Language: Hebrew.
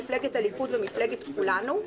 מפלגת הליכוד ומפלגת כולנו.